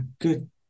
good